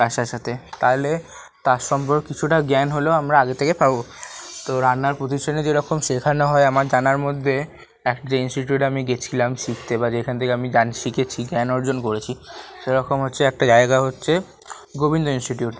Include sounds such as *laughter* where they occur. *unintelligible* সাথে তাহলে তার সম্পর্কে কিছুটা জ্ঞান হলেও আমরা আগে থেকে পাবো তো রান্নার প্রতিষ্ঠানে যেরকম শেখানো হয় আমার জানার মধ্যে এক যে ইনস্টিটিউটে আমি গেছিলাম শিখতে বা এখান থেকে আমি *unintelligible* শিখেছি জ্ঞান অর্জন করেছি সেরকম হচ্ছে একটা জায়গা হচ্ছে গোবিন্দ ইনস্টিটিউট